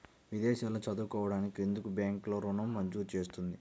విదేశాల్లో చదువుకోవడానికి ఎందుకు బ్యాంక్లలో ఋణం మంజూరు చేస్తుంది?